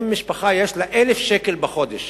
אם למשפחה יש 1,000 שקל בחודש